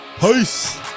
Peace